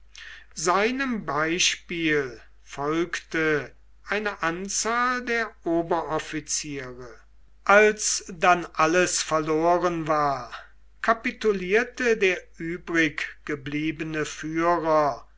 seinem beispiel folgte eine anzahl der oberoffiziere als dann alles verloren war kapitulierte der übriggebliebene führer